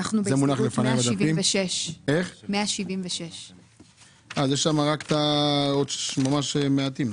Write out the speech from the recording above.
אנחנו בהסתייגות 176. יש שם עוד מעטים.